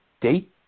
date